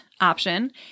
option